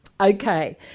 okay